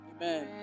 Amen